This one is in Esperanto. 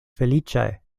feliĉaj